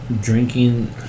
drinking